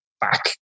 back